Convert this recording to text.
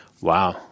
Wow